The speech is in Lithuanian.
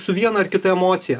su viena ar kita emocija